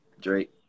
Drake